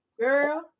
girl